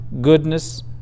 goodness